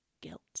guilt